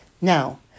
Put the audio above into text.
Now